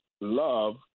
Love